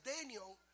Daniel